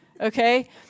Okay